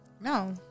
no